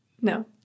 No